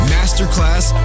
Masterclass